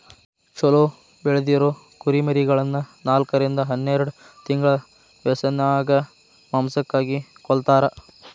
ಚೊಲೋ ಬೆಳದಿರೊ ಕುರಿಮರಿಗಳನ್ನ ನಾಲ್ಕರಿಂದ ಹನ್ನೆರಡ್ ತಿಂಗಳ ವ್ಯಸನ್ಯಾಗ ಮಾಂಸಕ್ಕಾಗಿ ಕೊಲ್ಲತಾರ